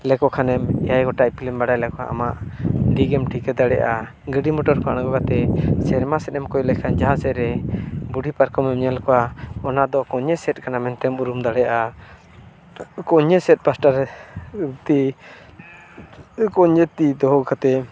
ᱞᱮᱠᱚ ᱠᱷᱟᱱᱮᱢ ᱮᱭᱟᱭ ᱜᱚᱴᱮᱡ ᱤᱯᱤᱞᱮᱢ ᱵᱟᱰᱟᱭ ᱞᱮᱠᱚ ᱠᱷᱟᱱ ᱟᱢᱟᱜ ᱫᱤᱠ ᱮᱢ ᱴᱷᱤᱠᱟᱹ ᱫᱟᱲᱮᱭᱟᱜᱼᱟ ᱜᱟᱹᱰᱤ ᱢᱚᱴᱚᱨ ᱠᱷᱚᱱ ᱟᱬᱜᱚ ᱠᱟᱛᱮᱫ ᱥᱮᱨᱢᱟ ᱥᱮᱫ ᱮᱢ ᱠᱚᱭᱚᱜ ᱞᱮᱠᱷᱟᱡ ᱡᱟᱦᱟᱸ ᱥᱮᱫ ᱨᱮ ᱵᱩᱰᱷᱤ ᱯᱟᱨᱠᱚᱢ ᱢᱮᱢ ᱧᱮᱞ ᱠᱚᱣᱟ ᱚᱱᱟ ᱫᱚ ᱠᱚᱧᱮ ᱥᱮᱫ ᱠᱟᱱᱟ ᱢᱮᱱᱛᱮᱫ ᱩᱨᱩᱢ ᱫᱟᱲᱮᱭᱟᱜᱼᱟ ᱠᱚᱧᱮ ᱥᱮᱫ ᱯᱟᱥᱴᱟ ᱨᱮ ᱡᱩᱫᱤ ᱠᱚᱧᱮ ᱛᱤ ᱫᱚᱦᱚ ᱠᱟᱛᱮᱫ